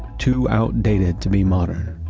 too outdated to be modern,